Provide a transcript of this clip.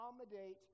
accommodate